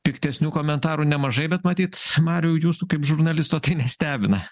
piktesnių komentarų nemažai bet matyt mariau jūsų kaip žurnalisto tai nestebina